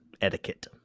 etiquette